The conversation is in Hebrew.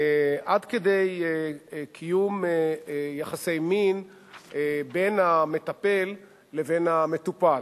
עד כדי קיום יחסי מין בין המטפל לבין המטופל.